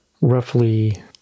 roughly